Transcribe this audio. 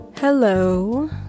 Hello